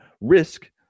risk